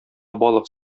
балык